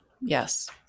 Yes